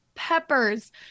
peppers